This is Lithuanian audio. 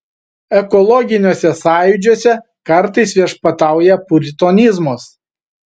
ekologiniuose sąjūdžiuose kartais viešpatauja puritonizmas